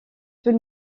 tout